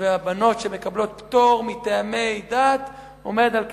והבנות שמקבלות פטור מטעמי דת, עומד על כ-38%.